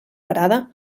parada